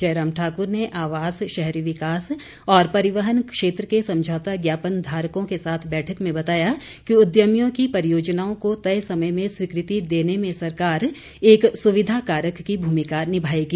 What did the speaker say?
जयराम ठाकुर ने आवास शहरी विकास और परिवहन क्षेत्र के समझौता ज्ञापन धारकों के साथ बैठक में बताया कि उद्यमियों की परियोजनाओं को तय समय में स्वीकृति देने में सरकार एक सुविधा कारक की भूमिका निभाएगी